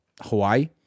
Hawaii